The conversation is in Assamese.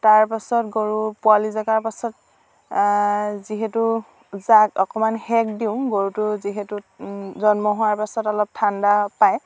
তাৰপাছত গৰুৰ পোৱালী জগাৰ পাছত যিহেতু জাক অকণমান সেক দিওঁ গৰুটো যিহেতু জন্ম হোৱাৰ পাছত অলপ ঠাণ্ডা পায়